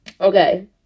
Okay